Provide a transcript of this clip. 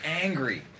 angry